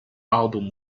album